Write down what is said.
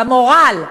במורל,